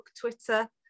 twitter